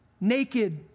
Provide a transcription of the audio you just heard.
naked